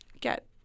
get